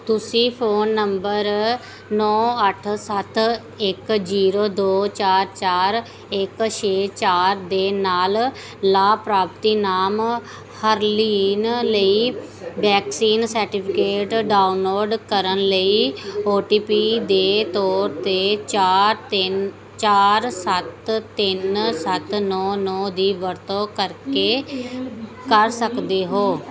ਤੁਸੀਂ phone number ਨੌਂ ਅੱਠ ਸੱਤ ਇੱਕ ਜ਼ੀਰੋ ਦੋ ਚਾਰ ਚਾਰ ਇੱਕ ਛੇ ਚਾਰ ਦੇ ਨਾਲ ਲਾਭਪਾਤਰੀ ਨਾਮ ਹਰਲੀਨ ਲਈ ਵੈਕਸੀਨ ਸਰਟੀਫਿਕੇਟ ਡਾਊਨਲੋਡ ਕਰਨ ਲਈ ਓ ਟੀ ਪੀ ਦੇ ਤੌਰ 'ਤੇ ਚਾਰ ਤਿੰਨ ਚਾਰ ਸੱਤ ਤਿੰਨ ਸੱਤ ਨੌਂ ਨੌਂ ਦੀ ਵਰਤੋਂ ਕਰਕੇ ਕਰ ਸਕਦੇ ਹੋ